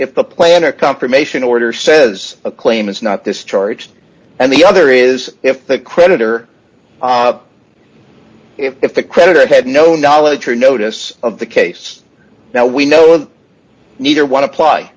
if the plan a confirmation order says a claim is not this charge and the other is if the creditor if the creditor had no knowledge or notice of the case now we know that neither one apply